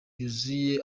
yuzuye